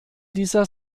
dieser